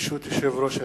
ברשות יושב-ראש הכנסת,